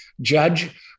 judge